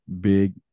big